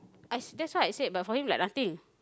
I s~ that's why I said but for him like nothing